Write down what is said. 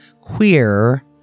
queer